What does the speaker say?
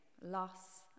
loss